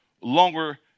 longer